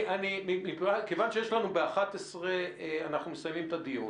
מכיוון שב-11:00 אנחנו מסיימים את הדיון.